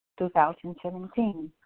2017